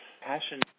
Passion